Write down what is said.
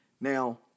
Now